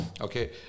Okay